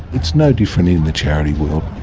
it's no different in the charity world.